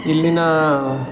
ಇಲ್ಲಿನ